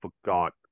forgot